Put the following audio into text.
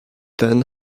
ten